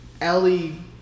Ellie